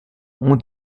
ont